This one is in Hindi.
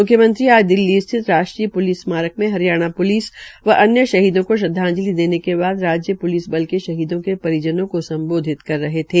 म्ख्यमंत्री आज दिल्ली स्थित राष्ट्रीय प्लिस स्मारक में हरियाणा प्लिस व अन्य शहीदों को श्रद्धांजलि देने उपरांत राज्य प्लिसबल के शहीदों के परिजनों को संबोधित कर रहे थे